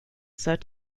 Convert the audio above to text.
sir